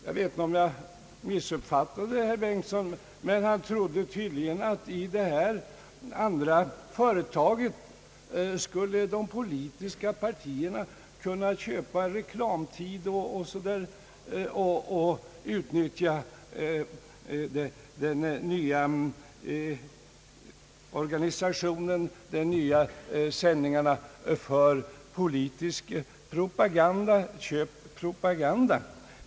Jag vet inte om jag missuppfattade herr Bengtson, men han trodde tydligen att i det här andra företaget skulle de politiska partierna kunna köpa programtid och utnyttja den nya organisationen för att sända ut köpt politisk Propaganda.